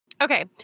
Okay